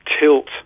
tilt